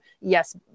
Yes